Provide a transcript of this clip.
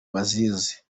bazizi